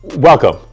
Welcome